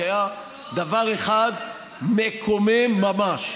כי היה דבר אחד מקומם ממש,